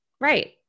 right